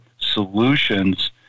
solutions